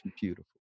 beautiful